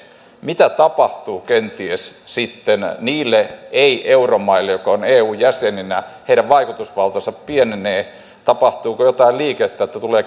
mitä tapahtuu kenties sitten niille ei euromaille jotka ovat eun jäseninä heidän vaikutusvaltansa pienenee tapahtuuko jotain liikettä että tulee